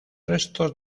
restos